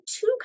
two